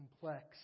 complex